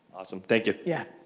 awesome, thank you. yeah.